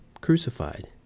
crucified